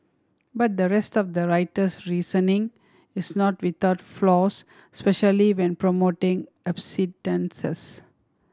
but the rest of the writer's reasoning is not without flaws especially when promoting abstinence